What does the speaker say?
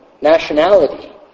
Nationality